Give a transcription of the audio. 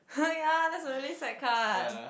!ha! ya that's a really sad card